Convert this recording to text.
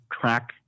track